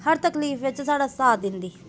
हर तकलीफ बिच्च साढ़ा साथ दिंदी